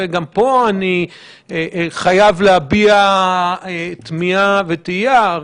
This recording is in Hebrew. וגם פה אני חייב להביע תמיהה ותהייה.